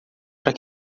para